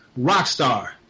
Rockstar